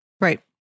Right